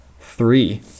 Three